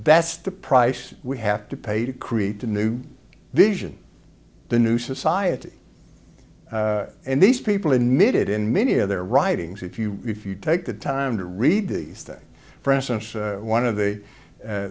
that's the price we have to pay to create a new vision the new society and these people emitted in many of their writings if you if you take the time to read these things for instance one of the